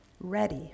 ready